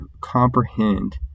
comprehend